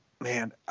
man